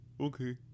okay